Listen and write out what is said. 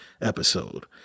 episode